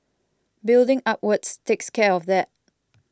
building upwards takes care of that